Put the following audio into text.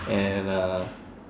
and uh